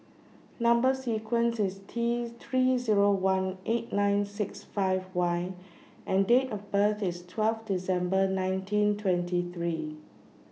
Number sequence IS T three Zero one eight nine six five Y and Date of birth IS twelve December nineteen twenty three